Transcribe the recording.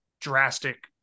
drastic